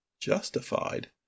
justified